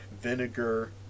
vinegar